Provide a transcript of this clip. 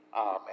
Amen